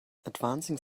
advancing